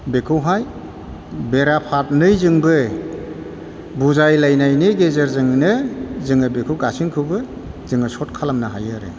बेखौहाय बेराफारनैजोंबो बुजायलायनायनि गेजेरजोंनो जोङो बेखौ गासैखौबो जोङो सर्त खालामनो हायो आरो